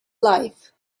life